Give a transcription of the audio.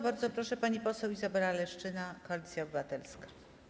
Bardzo proszę, pani poseł Izabela Leszczyna, Koalicja Obywatelska.